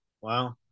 Wow